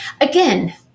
Again